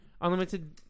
unlimited